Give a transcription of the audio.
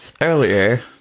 Earlier